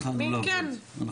אנחנו